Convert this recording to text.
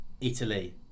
Italy